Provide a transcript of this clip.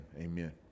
amen